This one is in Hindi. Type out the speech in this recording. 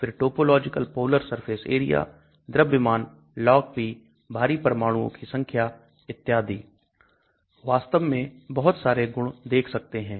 फिर topological polar surface area द्रव्यमान LogP भारी परमाणुओं की संख्या इत्यादि वास्तव में बहुत सारे गुण देख सकते हैं